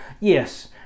Yes